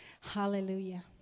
Hallelujah